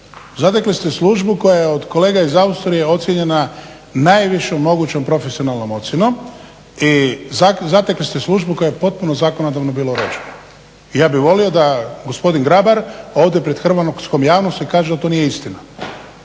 Zatekli ste službu koja je od kolega iz Austrije ocijenjena najvišom mogućom profesionalnom ocjenom i zatekli ste službu koja je potpuno zakonodavno bilo rečeno. I ja bih volio da gospodin Grabar ovdje pred hrvatskom javnosti kaže da to nije istina.